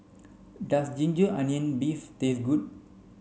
does ginger onion beef taste good